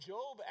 Job